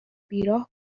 بیراه